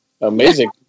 Amazing